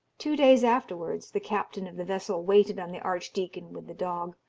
two days afterwards the captain of the vessel waited on the archdeacon with the dog,